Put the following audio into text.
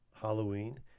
halloween